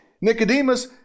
Nicodemus